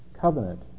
Covenant